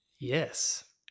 yes